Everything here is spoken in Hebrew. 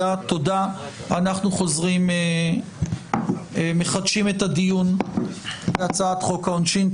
אנחנו מחדשים את הדיון בהצעת חוק העונשין.